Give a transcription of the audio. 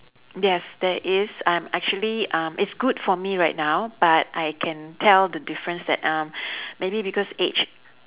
yes there is um actually um it's good for me right now but I can tell the difference that um maybe because age